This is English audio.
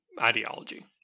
ideology